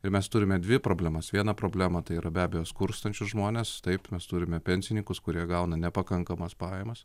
ir mes turime dvi problemas vieną problemą tai yra be abejo skurstančius žmones taip mes turime pensininkus kurie gauna nepakankamas pajamas